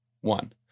one